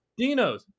Dinos